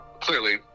clearly